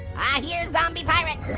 ah hear zombie pirates.